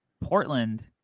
Portland